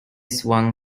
swung